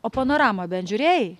o panoramą bent žiūrėjai